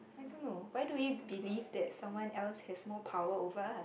I don't know why do we believe that someone else has more power over us